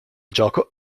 gioco